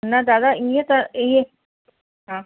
न दादा इअं त इहे हा